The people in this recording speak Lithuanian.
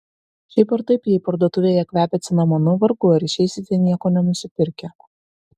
šiaip ar taip jei parduotuvėje kvepia cinamonu vargu ar išeisite nieko nenusipirkę